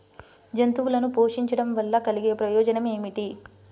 జంతువులను పోషించడం వల్ల కలిగే ప్రయోజనం ఏమిటీ?